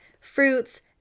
Fruits